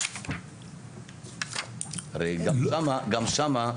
גם שם,